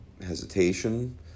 hesitation